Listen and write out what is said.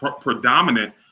predominant